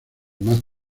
más